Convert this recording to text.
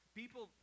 people